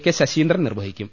K Saseendran നിർവഹിക്കും